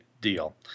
deal